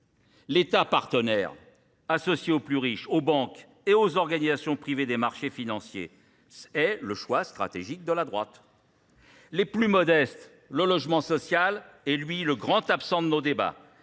L'État partenaire, associé aux plus riches, aux banques et aux organisations privées des marchés financiers, est le choix stratégique de la droite. Les plus modestes, le logement social est lui le grand absent de nos débats.